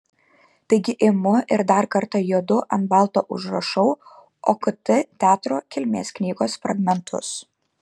taigi imu ir dar kartą juodu ant balto užrašau okt teatro kilmės knygos fragmentus